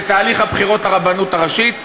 זה תהליך הבחירות לרבנות הראשית.